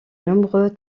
nombreux